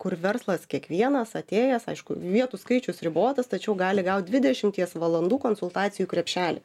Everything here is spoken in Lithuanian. kur verslas kiekvienas atėjęs aišku vietų skaičius ribotas tačiau gali gaut dvidešimties valandų konsultacijų krepšelį